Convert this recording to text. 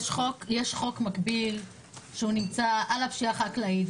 יש חוק מקביל שנמצא על הפשיעה החקלאית,